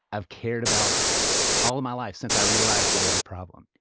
i've cared about all my life since i realized there was a problem.